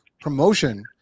promotion